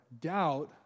doubt